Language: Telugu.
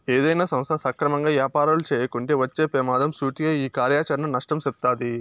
ఏదైనా సంస్థ సక్రమంగా యాపారాలు చేయకుంటే వచ్చే పెమాదం సూటిగా ఈ కార్యాచరణ నష్టం సెప్తాది